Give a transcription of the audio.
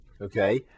Okay